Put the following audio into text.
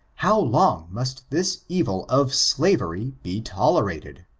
how long must this evil of slavery be tolerated?